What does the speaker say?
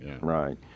right